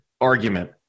argument